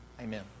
Amen